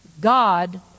God